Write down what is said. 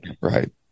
right